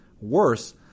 Worse